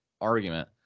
argument